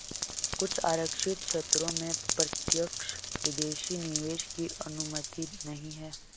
कुछ आरक्षित क्षेत्रों में प्रत्यक्ष विदेशी निवेश की अनुमति नहीं है